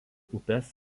upės